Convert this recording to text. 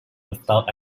without